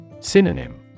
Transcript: Synonym